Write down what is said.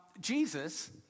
Jesus